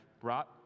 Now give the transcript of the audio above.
brought